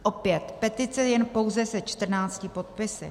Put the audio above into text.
Opět petice pouze se 14 podpisy.